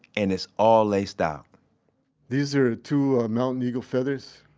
and it's all laced out these are two mountain eagle feathers.